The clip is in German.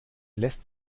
lässt